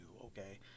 okay